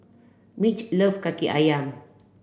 Mitch love Kaki Ayam